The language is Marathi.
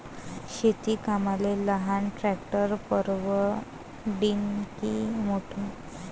शेती कामाले लहान ट्रॅक्टर परवडीनं की मोठं?